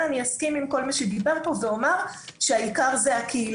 אני אסכים עם כל מי שדיבר פה ואומר שהעיקר זה הקהילה.